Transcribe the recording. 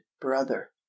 brother